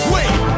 Wait